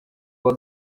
uwa